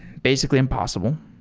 basically impossible.